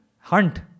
hunt